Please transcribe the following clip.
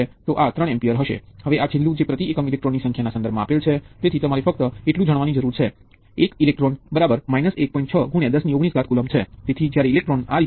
તમારી પાસે સંખ્યાબંધ તત્વોનો નેટવર્ક હોઇ શકે છે પરંતુ કહી દો કે ફક્ત બે ટર્મિનલ બહારની દુનિયામાં ખુલ્લા છે અને અંદર આપણી પાસે ઘણા બધા તત્વો હોઈ શકે છે જેને આપણે ઇચ્છતા હોઈએ છીએ